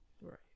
Right